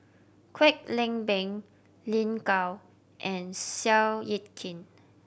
Kwek Leng Beng Lin Gao and Seow Yit Kin